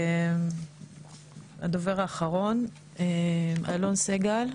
הדובר האחרון, אלון סגל.